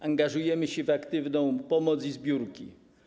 Angażujemy się w aktywną pomoc i zbiórki.